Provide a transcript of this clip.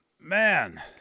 Man